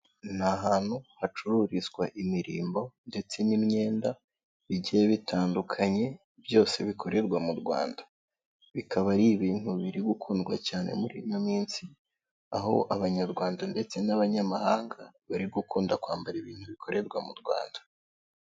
Ni ahantu hacururizwa imirimbo ndetse n'imyenda bigiye bitandukanye, byose bikorerwa mu Rwanda. Bikaba ari ibintu biri gukundwa cyane murino minsi aho abanyarwanda ndetse n'abanyamahanga, bari gukunda kwambara ibintu bikorerwa mu Rwanda.